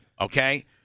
okay